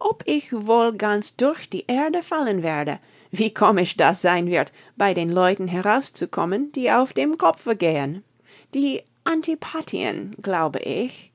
ob ich wohl ganz durch die erde fallen werde wie komisch das sein wird bei den leuten heraus zu kommen die auf dem kopfe gehen die antipathien glaube ich